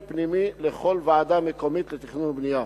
פנימי לכל ועדה מקומית לתכנון ובנייה.